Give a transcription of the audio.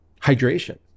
hydration